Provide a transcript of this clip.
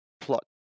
plot